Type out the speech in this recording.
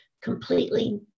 completely